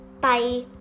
Bye